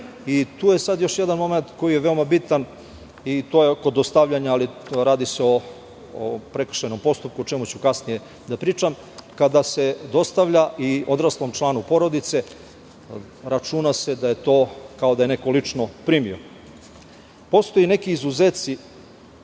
i tu je sada još jedan momenat koji je veoma bitan i to je o dostavljanju, ali radi se o prekršajnom postupku, o čemu ću kasnije da pričam. Kada se dostavlja i odraslom članu porodice, računa se da je to kao da je neko lično primio. Postoje neki izuzeci